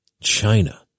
China